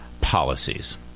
policies